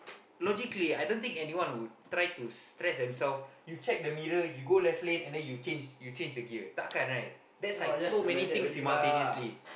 logically I don't think anyone would try to stress themselves you check the middle you go left lane then you change you change the gear tak kan right that's like so many things simultaneously